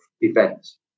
events